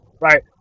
Right